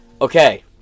Okay